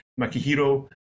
Makihiro